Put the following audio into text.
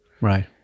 right